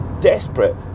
desperate